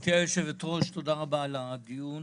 גברתי יושבת הראש, תודה רבה על הדיון.